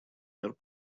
мер